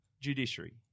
judiciary